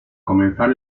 comenzar